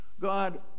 God